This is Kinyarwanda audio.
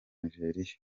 nigeria